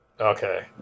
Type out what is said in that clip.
Okay